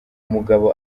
mugabo